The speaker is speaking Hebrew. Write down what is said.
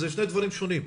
אלה שני דברים שונים.